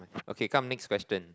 okay come next question